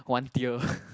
one tier